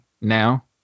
now